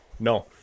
No